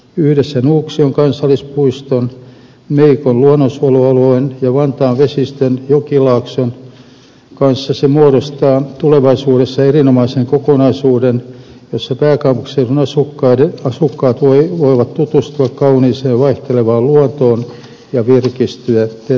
yhdessä nuuksion kansallispuiston meikon luonnonsuojelualueen ja vantaan vesistön jokilaakson kanssa se muodostaa tulevaisuudessa erinomaisen kokonaisuuden jossa pääkaupunkiseudun asukkaat voivat tutustua kauniiseen vaihtelevaan luontoon ja virkistyä terveellä tavalla